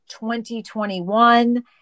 2021